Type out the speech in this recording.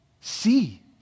See